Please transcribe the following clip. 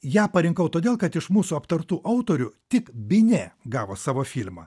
ją parinkau todėl kad iš mūsų aptartų autorių tik binė gavo savo firmą